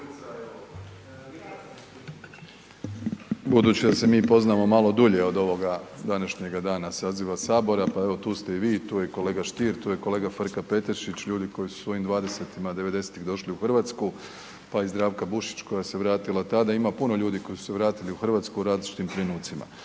Budući da se mi poznamo malo dulje od ovoga današnjega dana saziva Sabora, pa evo tu ste i vi, tu je kolega Stier, tu je kolega Frka Petešić ljudi koji su u svojim dvadesetima devedesetih došli u Hrvatsku pa i Zdravka Bušić koja se vratila tada, ima puno ljudi koji su se vratili u Hrvatsku u različitim trenucima.